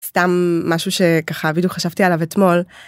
סתם משהו שככה בדיוק חשבתי עליו אתמול.